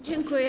Dziękuję.